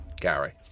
Gary